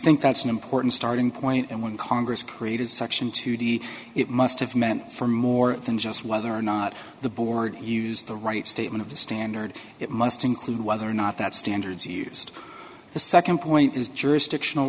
think that's an important starting point and when congress created section two the it must have meant for more than just whether or not the board used the right statement of the standard it must include whether or not that standards used the nd point is jurisdiction